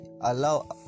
allow